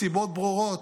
מסיבות ברורות.